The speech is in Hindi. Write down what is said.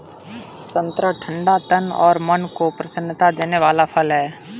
संतरा ठंडा तन और मन को प्रसन्नता देने वाला फल है